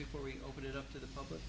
before we open it up to the public